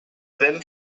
been